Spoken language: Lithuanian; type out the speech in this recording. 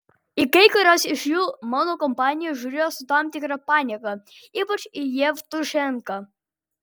į kai kuriuos iš jų mano kompanija žiūrėjo su tam tikra panieka ypač į jevtušenką